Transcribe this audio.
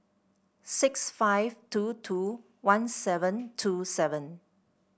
six five two two one seven two seven